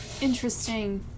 Interesting